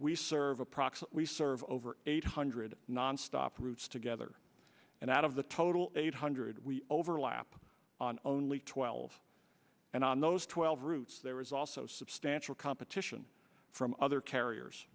we serve approx we serve over eight hundred nonstop routes together and out of the total eight hundred we overlap on only twelve and on those twelve routes there was also substantial competition from other carriers